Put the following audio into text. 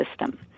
system